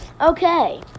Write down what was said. Okay